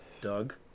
Doug